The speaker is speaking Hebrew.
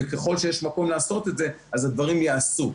וככל שיש מקום לעשות את זה, אז הדברים ייעשו.